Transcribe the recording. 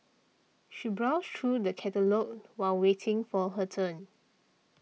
she browsed through the catalogues while waiting for her turn